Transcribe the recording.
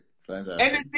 fantastic